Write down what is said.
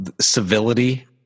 civility